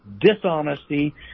dishonesty